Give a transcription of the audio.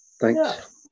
Thanks